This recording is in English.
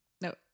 No